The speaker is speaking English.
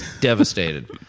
devastated